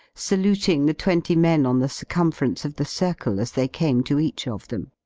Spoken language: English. saluting the twenty men on the circum ference of the circle as they came to each of them.